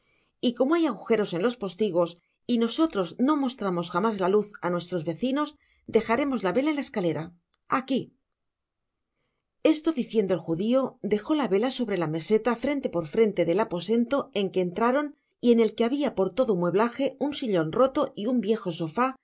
pisoy como hay agujeros en los postigos y nosotros o mostramos jamás la luz á nuestros vecinos dejarémos la vela m la escalera aqui esto diciendo el judio dejo la vela sobre la meseta frente por frente del aposento en que entraron y en el que habia por todo mueblaje un sillon roto y un viejo sofá